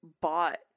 bought